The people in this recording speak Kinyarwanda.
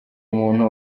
umuntu